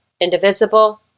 indivisible